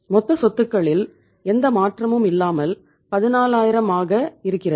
மொத்த சொத்துக்களில் எந்த மாற்றமும் இல்லாமல் 14000 ஆக இருக்கிறது